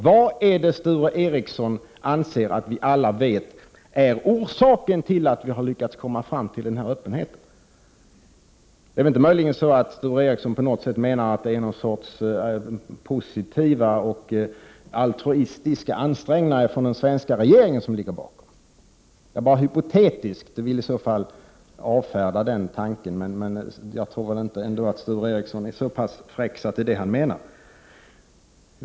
Vad anser Sture Ericson att vi alla vet vara orsaken till att vi har lyckats komma fram till den här öppenheten? Sture Ericson menar väl inte möjligen att det handlar om någon sorts positiva och altruistiska ansträngningar från den svenska regeringen? I så fall vill jag, för detta hypotetiska fall, avfärda den tanken. Men jag tror ändå inte att Sture Ericson är så fräck att det är detta han menar.